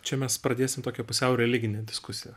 čia mes pradėsim tokią pusiau religinę diskusiją